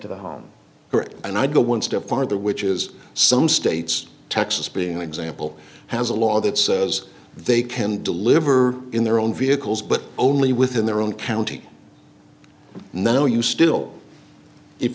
to the home and i go one step farther which is some states texas being an example has a law that says they can deliver in their own vehicles but only within their own county no you still if